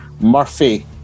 Murphy